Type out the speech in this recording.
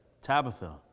Tabitha